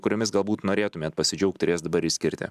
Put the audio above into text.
kuriomis galbūt norėtumėt pasidžiaugt ir jas dabar išskirti